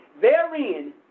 therein